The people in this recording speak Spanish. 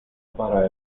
para